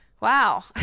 Wow